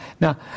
Now